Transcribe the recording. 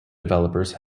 developers